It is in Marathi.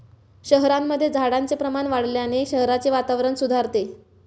शहरांमध्ये झाडांचे प्रमाण वाढवल्याने शहराचे वातावरण सुधारते